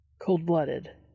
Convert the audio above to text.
Cold-blooded